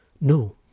No